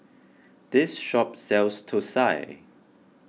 this shop sells Thosai